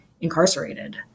incarcerated